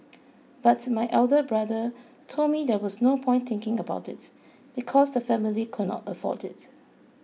but my elder brother told me there was no point thinking about it because the family could not afford it